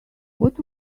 what